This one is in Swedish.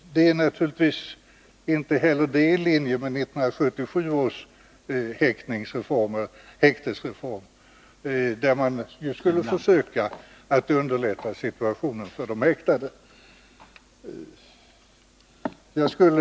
Detta är naturligtvis inte heller i linje med 1977 års häktesreform, enligt vilken man ju skulle försöka underlätta situationen för de häktade.